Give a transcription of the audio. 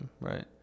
right